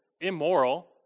immoral